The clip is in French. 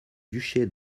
duché